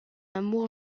amour